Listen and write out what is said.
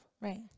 Right